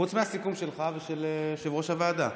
חוץ מהסיכום שלך ושל יושב-ראש הוועדה.